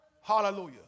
Hallelujah